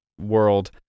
world